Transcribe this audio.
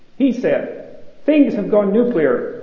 he said things have gone nuclear,